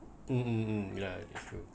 mm mm mm yeah it's true